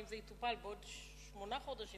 ואם זה יטופל בעוד שמונה או